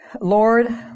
Lord